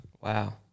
Wow